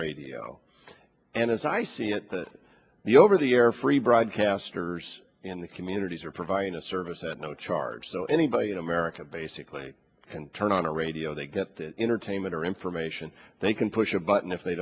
radio and as i see it that the over the air free broadcasters in the communities are providing a service at no charge so anybody in america basically can turn on a radio they get their entertainment or information they can push a button if they